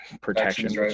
protection